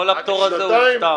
כל הפטור הזה הוא סתם.